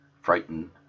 frightened